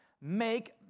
make